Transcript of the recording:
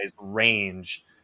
range